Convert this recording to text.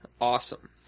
awesome